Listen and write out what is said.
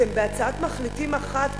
אתם בהצעת מחליטים אחת,